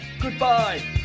Goodbye